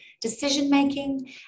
decision-making